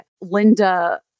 Linda